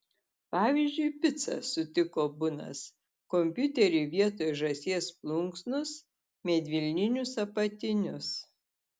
pavyzdžiui picą sutiko bunas kompiuterį vietoj žąsies plunksnos medvilninius apatinius